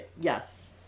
yes